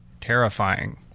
terrifying